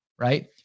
right